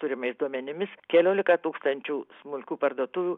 turimais duomenimis keliolika tūkstančių smulkių parduotuvių